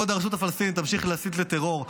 כל עוד הרשות הפלסטינית תמשיך להסית לטרור,